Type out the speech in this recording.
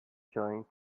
chilling